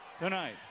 Tonight